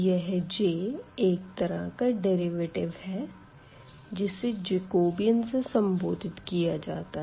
यह J एक तरह का डेरिवेटिव है जिसे जेकोबियन से सम्बोधित किया जाता है